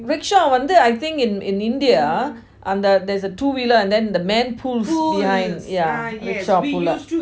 rickshaw வந்து:vanthu I think in in india uh there's a two wheeler and then the man pulls behind yeah rickshaw puller